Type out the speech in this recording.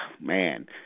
man